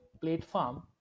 platform